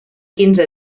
quinze